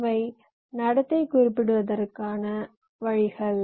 இவை நடத்தை குறிப்பிடுவதற்கான வழிகள்